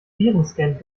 virenscan